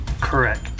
Correct